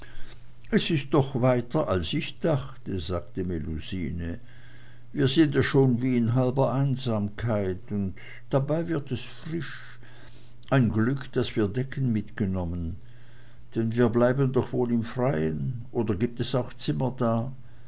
es ist doch weiter als ich dachte sagte melusine wir sind ja schon wie in halber einsamkeit und dabei wird es frisch ein glück daß wir decken mitgenommen denn wir bleiben doch wohl im freien oder gibt es auch zimmer da